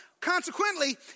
Consequently